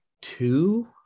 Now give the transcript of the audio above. two